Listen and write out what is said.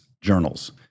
journals